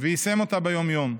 ויישם אותה ביום-יום.